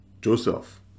joseph